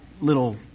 little